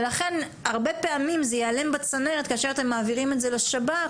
ולכן הרבה פעמים זה ייעלם בצנרת כאשר אתם מעבירים את זה לשב"כ,